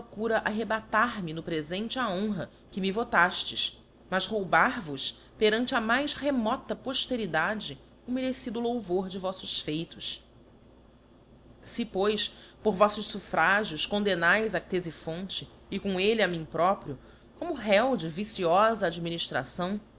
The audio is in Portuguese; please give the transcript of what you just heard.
arrebatar me no prefente a honra que me votafles mas roubar vos perante a mais remota pofteridade o merecido louvor de voflbs feitos se pois por voítos suflfragios coddemnaes a cteíiphonte e com elle a mim próprio como reo de viciosa adminiftração